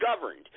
governed